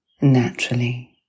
naturally